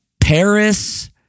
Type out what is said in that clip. Paris